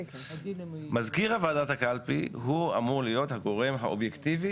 מזכיר ועדת הקלפי הוא אמור להיות הגורם האובייקטיבי